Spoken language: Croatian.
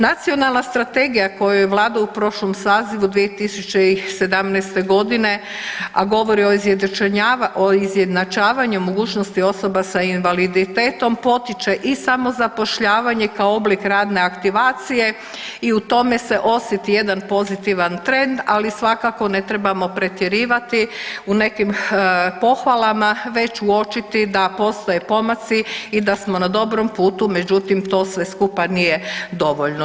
Nacionalna strategija koju je vlada u prošlom sazivu 2017.g., a govori o izjednačavanju mogućnosti osoba sa invaliditetom potiče i samozapošljavanje kao oblik radne aktivacije i u tome se osjeti jedan pozitivan trend, ali svakako ne trebamo pretjerivati u nekim pohvalama već uočiti da postoje pomaci i da smo na dobrom putu, međutim to sve skupa nije dovoljno.